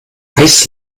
heiß